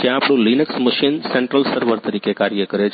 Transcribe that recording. જ્યાં આપણું Linux machine central server તરીકે કાર્ય કરે છે